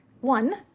One